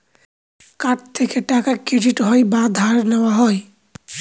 card থেকে টাকা credit হয় বা ধার নেওয়া হয়